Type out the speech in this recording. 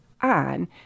on